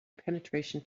penetration